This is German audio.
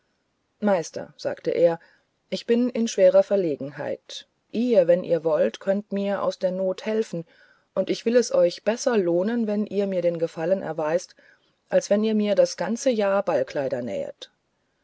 meister sagte er ich bin in schwerer verlegenheit ihr wenn ihr wollt könnt mir aus der not helfen und ich will es euch besser lohnen wenn ihr mir den gefallen erweist als wenn ihr mir das ganze jahr ballkleider nähtet